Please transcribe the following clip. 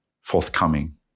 forthcoming